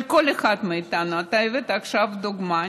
אבל כל אחד מאיתנו, אתה הבאת עכשיו דוגמה.